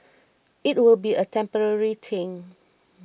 it will be a temporary thing